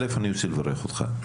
אל"ף, אני רוצה לברך אותך.